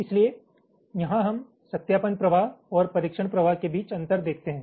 इसलिए यहां हम सत्यापन प्रवाह और परीक्षण प्रवाह के बीच अंतर देखते हैं